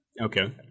Okay